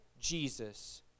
Jesus